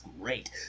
great